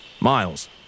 Miles